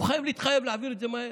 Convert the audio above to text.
הוא חייב להתחייב להעביר את זה מהר,